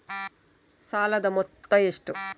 ಸಾಲದ ಮೊತ್ತ ಎಷ್ಟು?